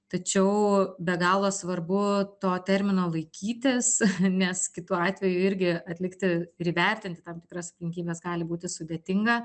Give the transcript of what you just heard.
tačiau be galo svarbu to termino laikytis nes kitu atveju irgi atlikti ir įvertinti tam tikras aplinkybes gali būti sudėtinga